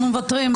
מוותרים.